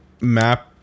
map